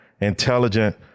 intelligent